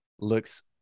looks